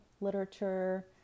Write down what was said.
literature